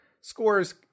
scores